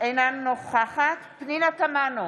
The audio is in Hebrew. אינה נוכחת פנינה תמנו,